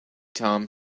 tom